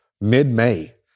mid-May